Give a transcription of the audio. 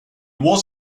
was